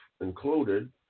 included